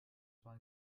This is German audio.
zwar